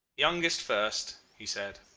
youngest first he said.